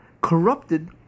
corrupted